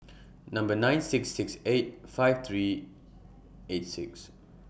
Number nine six six eight five three eight six